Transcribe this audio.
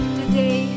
today